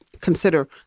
consider